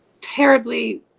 terribly